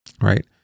right